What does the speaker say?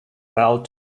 belt